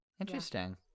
Interesting